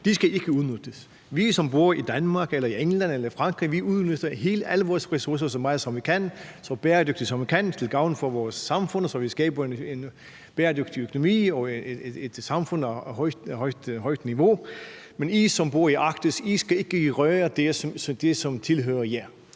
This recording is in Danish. ikke skal udnyttes: Vi, som bor i Danmark, i England eller i Frankrig udnytter alle vores ressourcer så meget, som vi kan, så bæredygtigt, som vi kan, til gavn for vores samfund, så vi skaber en bæredygtig økonomi og et samfund på et højt niveau. Men I, som bor i Arktis, skal ikke røre det, som tilhører jer;